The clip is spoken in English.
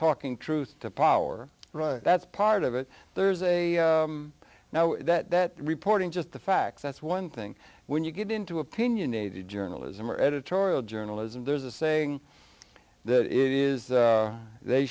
talking truth to power that's part of it there's a now that that reporting just the facts that's one thing when you get into opinionated journalism or editorial journalism there's a saying that is they